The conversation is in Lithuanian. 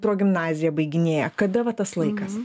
progimnaziją baiginėja kada va tas laikas